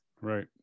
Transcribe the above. Right